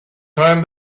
time